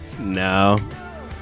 No